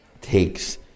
takes